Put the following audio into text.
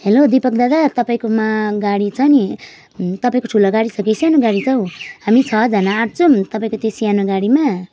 hello Deepak दादा तपाईँकोमा गाडी छ नि तपाईँको ठुलो गाडी छ कि सानो गाडी छ हौ हामी छजना आँट्छौँ तपाईँको त्यो सानो गाडीमा